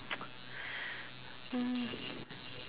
mm